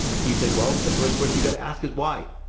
he said, well, the first question you got to ask is why?